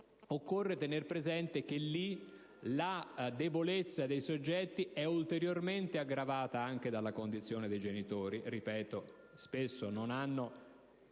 Occorre tenere presente che la debolezza di tali soggetti è ulteriormente aggravata dalla condizione dei genitori: ripeto, spesso non hanno